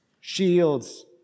shields